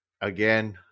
again